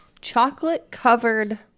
chocolate-covered